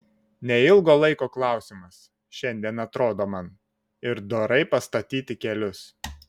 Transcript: neilgo laiko klausimas šiandien atrodo man ir dorai pastatyti kelius